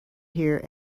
hear